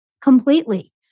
completely